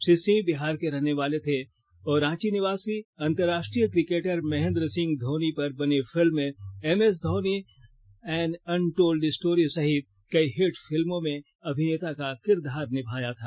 श्री सिंह बिहार के रहने वाले थे और रांची निवासी अंतराष्ट्रीय क्रिकेटर महेंन्द्र सिंह धौनी पर बनी film MS Dhoni an untold story सहित कई हिट फिल्मों में अभिनेता का किरदार निभाया है